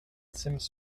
seems